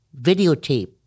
videotape